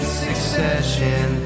succession